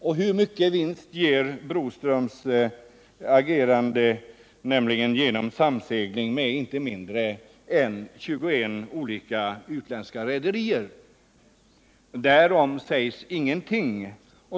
Och hur mycket vinst ger Broströms samsegling med inte mindre än 21 olika utländska rederier? Därom sägs ingenting.